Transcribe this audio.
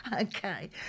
Okay